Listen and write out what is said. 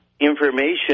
information